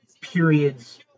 periods